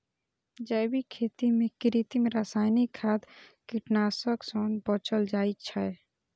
जैविक खेती मे कृत्रिम, रासायनिक खाद, कीटनाशक सं बचल जाइ छै